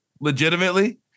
legitimately